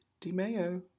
DiMeo